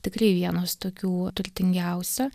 tikrai vienos tokių turtingiausių